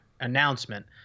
announcement